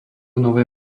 nové